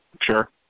Sure